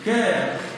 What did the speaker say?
כן.